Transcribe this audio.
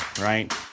right